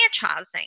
franchising